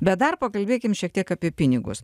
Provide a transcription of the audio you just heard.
bet dar pakalbėkim šiek tiek apie pinigus